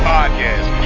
Podcast